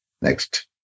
Next